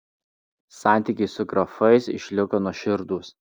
santykiai su grafais išliko nuoširdūs